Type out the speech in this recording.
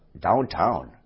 downtown